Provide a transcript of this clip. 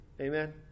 Amen